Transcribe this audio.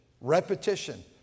repetition